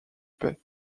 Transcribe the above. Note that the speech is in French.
paix